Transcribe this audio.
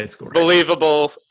believable